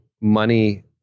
money